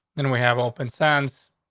then we have open sense.